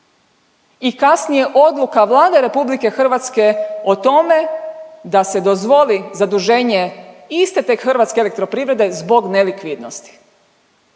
i kasnije odluka Vlade RH o tome da se dozvoli zaduženje iste te Hrvatske elektroprivrede zbog nelikvidnosti.